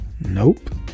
Nope